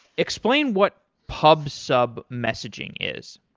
explain what pub sub messaging is.